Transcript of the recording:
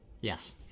Yes